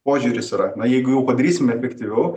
požiūris yra na jeigu jau padarysime efektyviau